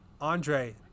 Andre